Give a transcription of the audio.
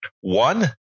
One